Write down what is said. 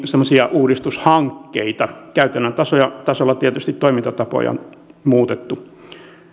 uudistushankkeita käytännön tasolla tietysti toimintatapoja on muutettu